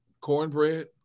cornbread